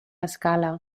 escala